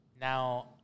now